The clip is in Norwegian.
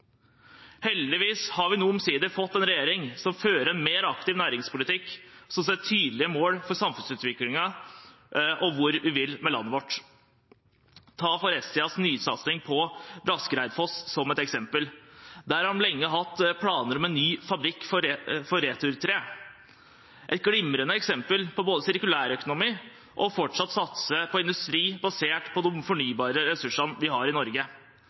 Heldigvis har vi omsider fått en regjering som fører en mer aktiv næringspolitikk, som setter tydelige mål for samfunnsutviklingen og hvor vi vil med landet vårt. Ta Forestias nysatsing på Braskereidfoss som eksempel. Der har de lenge hatt planer om en ny fabrikk for returtre. Dette er et glimrende eksempel på både sirkulærøkonomi og fortsatt satsing på industri basert på de fornybare ressursene vi har i Norge.